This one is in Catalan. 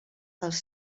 dels